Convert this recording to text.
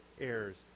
errors